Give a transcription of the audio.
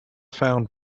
found